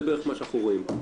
זה בערך מה שאנחנו רואים פה.